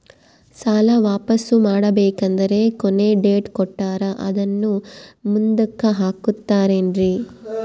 ಸಾಲ ವಾಪಾಸ್ಸು ಮಾಡಬೇಕಂದರೆ ಕೊನಿ ಡೇಟ್ ಕೊಟ್ಟಾರ ಅದನ್ನು ಮುಂದುಕ್ಕ ಹಾಕುತ್ತಾರೇನ್ರಿ?